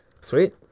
Sweet